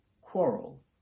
quarrel